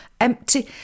empty